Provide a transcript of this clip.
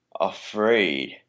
afraid